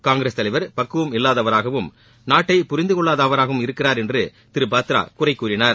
காங்கிரஸ் தலைவர் பக்குவம் இல்லாதவராகவும் நாட்டை புரிந்து கொள்ளாதவராகவும் இருக்கிறார் என திரு பத்ரா குறை கூறினார்